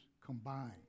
combined